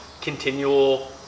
continual